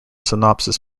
synopsis